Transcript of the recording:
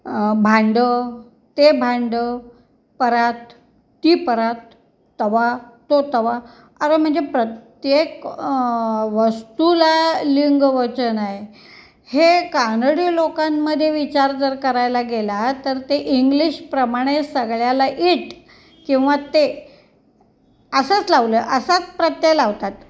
भांडं ते भांडं परात ती परात तवा तो तवा अरे म्हणजे प्रत्येक वस्तूला लिंग वचन आहे हे कानडी लोकांमध्ये विचार जर करायला गेला तर ते इंग्लिशप्रमाणे सगळ्याला इट किंवा ते असंच लावलं असंच प्रत्यय लावतात